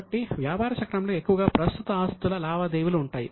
కాబట్టి వ్యాపార చక్రంలో ఎక్కువగా ప్రస్తుత ఆస్తుల లావాదేవీలు ఉంటాయి